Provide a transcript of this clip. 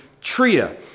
Tria